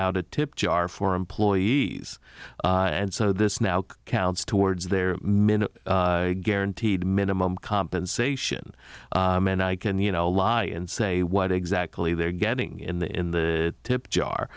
out a tip jar for employees and so this now counts towards their minute guaranteed minimum compensation and i can you know lie and say what exactly they're getting in the in the tip jar